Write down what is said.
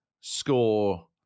score